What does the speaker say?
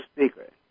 secret